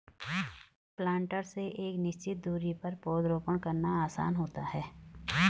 planter से एक निश्चित दुरी पर पौधरोपण करना आसान होता है